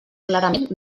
clarament